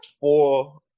Four